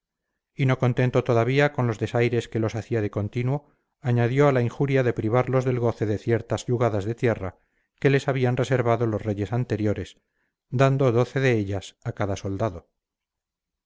y no contento todavía con los desaires que los hacía de continuo añadió la injuria de privarlos del goce de ciertas yugadas de tierra que les habían reservado los reyes anteriores dando doce de ellas a cada soldado